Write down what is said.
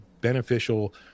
beneficial